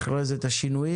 אחרי זה את השינויים.